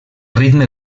ritme